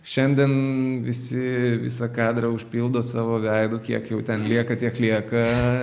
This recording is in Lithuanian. šiandien visi visą kadrą užpildo savo veidu kiek jau ten lieka tiek lieka